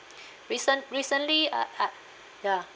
recent recently uh uh ya